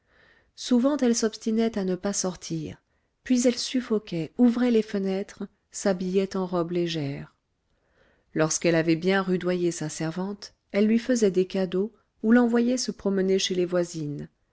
souvent elle s'obstinait à ne pas sortir puis elle suffoquait ouvrait les fenêtres s'habillait en robe légère lorsqu'elle avait bien rudoyé sa servante elle lui faisait des cadeaux ou l'envoyait se promener chez les voisines